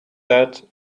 that